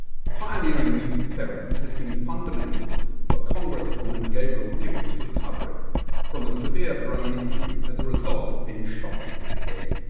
pioneering music therapy has been fundamental for congress women gabrielle gifford's recovery from a severe brain injury as a result of being shot in the head.